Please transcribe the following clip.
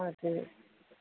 हजुर